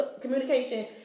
communication